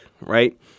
right